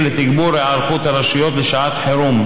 לתגבור היערכות הרשויות לשעת חירום,